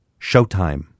Showtime